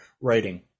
writing